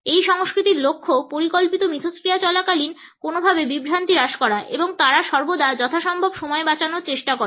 এই সংস্কৃতির লক্ষ্য পরিকল্পিত মিথস্ক্রিয়া চলাকালীন কোনভাবে বিভ্রান্তি হ্রাস করা এবং তারা সর্বদা যথাসম্ভব সময় বাঁচানোর চেষ্টা করে